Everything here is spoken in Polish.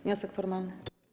Wniosek formalny.